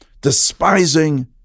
despising